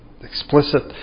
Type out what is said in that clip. explicit